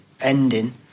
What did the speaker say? ending